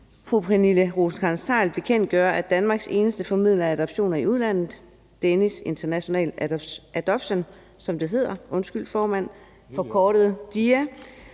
fru Pernille Rosenkrantz-Theil, bekendtgøre, at Danmarks eneste formidler af adoptioner i udlandet, Danish International Adoption, som det hedder, forkortet DIA,